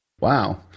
Wow